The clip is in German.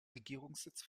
regierungssitz